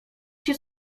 się